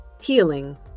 Healing